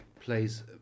plays